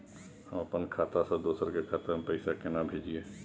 हम अपन खाता से दोसर के खाता में पैसा केना भेजिए?